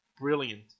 brilliant